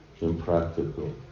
impractical